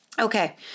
Okay